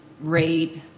rate